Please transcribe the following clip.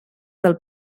del